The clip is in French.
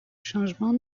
changement